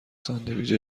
ساندویچ